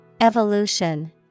Evolution